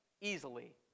Easily